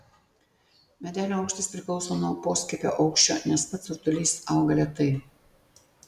medelio aukštis priklauso nuo poskiepio aukščio nes pats rutulys auga lėtai